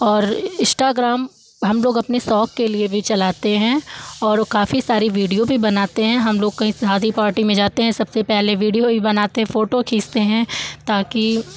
और इस्टाग्राम हम लोग अपने शौक के लिए भी चलाते हैं और वो काफ़ी सारी वीडियो भी बनाते हैं हम लोग कहीं शादी पार्टी में जाते हैं सबसे पहले वीडियो ही बनाते हैं फोटो खींचते हैं ताकि